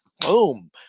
boom